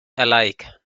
alike